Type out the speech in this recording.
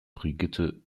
brigitte